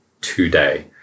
today